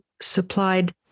supplied